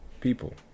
people